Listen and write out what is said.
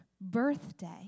birthday